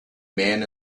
man